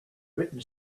written